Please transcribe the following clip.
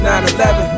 911